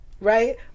Right